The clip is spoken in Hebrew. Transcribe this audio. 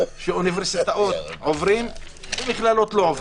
שבאוניברסיטאות עוברים ובמכללות לא עוברים.